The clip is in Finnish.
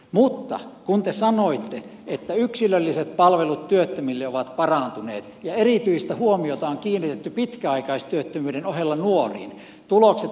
mutta kun te sanoitte että yksilölliset palvelut työttömille ovat parantuneet ja erityistä huomiota on kiinnitetty pitkäaikaistyöttömyyden ohella nuoriin tulokset puhuvat toista